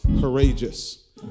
courageous